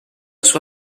sua